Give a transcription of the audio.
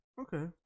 Okay